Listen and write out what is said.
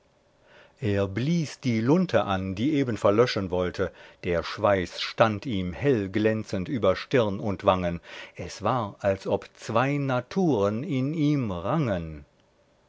er blies die lunte an die eben verlöschen wollte der schweiß stand ihm hellglänzend über stirn und wangen es war als ob zwei naturen in ihm rangen